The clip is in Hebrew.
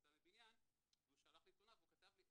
מקפיצה מבניין והוא שלח לי תלונה והוא כתב לי,